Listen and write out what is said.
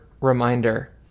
reminder